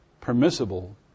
permissible